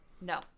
No